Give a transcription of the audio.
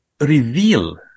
reveal